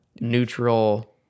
neutral